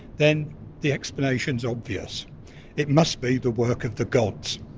then the explanation is obvious it must be the work of the gods.